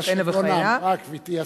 מה שנונה אמרה, גברתי השרה,